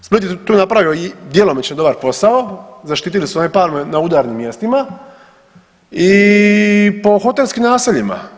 Split je tu napravio i djelomično dobar posao, zaštitili su one palme na udarnim mjestima i po hotelskim naseljima.